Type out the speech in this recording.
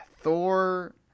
Thor